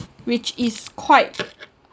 which is quite